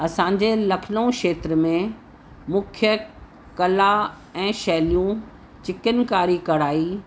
असांजे लखनऊ खेत्र में मुख्य कला ऐं शैलियूं चिकिनकारी कढ़ाई